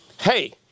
Hey